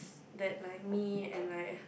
that like me and like